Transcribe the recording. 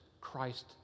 Christ